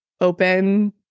open